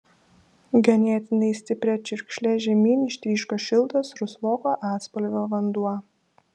ganėtinai stipria čiurkšle žemyn ištryško šiltas rusvoko atspalvio vanduo